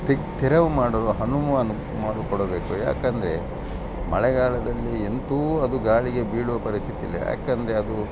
ತೆ ತೆರವು ಮಾಡಲು ಅನುವು ಮಾಡಿಕೊಡಬೇಕು ಯಾಕೆಂದ್ರೆ ಮಳೆಗಾಲದಲ್ಲಿ ಅಂತೂ ಅದು ಗಾಳಿಗೆ ಬೀಳುವ ಪರಿಸ್ಥಿತಿಲಿ ಯಾಕೆಂದ್ರೆ ಅದು